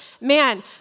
man